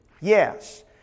Yes